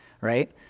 right